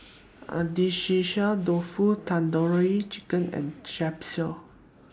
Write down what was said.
Agedashi Dofu Tandoori Chicken and Japchae